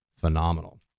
phenomenal